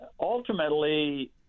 Ultimately